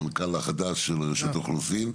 המנכ"ל החדש של רשות האוכלוסין.